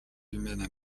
humaine